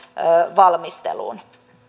valmisteluun